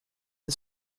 the